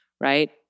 right